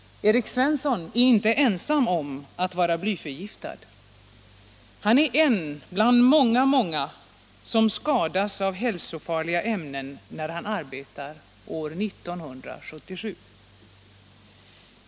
Erik Svensson är inte ensam om att vara blyförgiftad. Han är en av många som skadats av hälsofarliga ämnen när han arbetar år 1977.